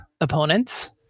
opponents